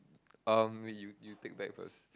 um you you take back first